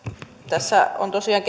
tässä keskustelussa on tosiaan